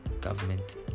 government